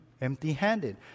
empty-handed